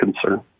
concern